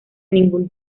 ningún